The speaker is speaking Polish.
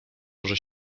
może